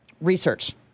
research